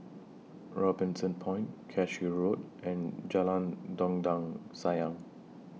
Robinson Point Cashew Road and Jalan Dondang Sayang